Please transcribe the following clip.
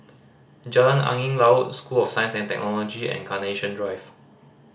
Jalan Angin Laut School of Science and Technology and Carnation Drive